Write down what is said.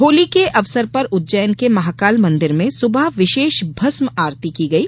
होली के अवसर पर उज्जैन के महाकाल मंदिर में सूबह विशेष भस्म आरती की गई